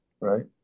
right